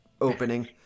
opening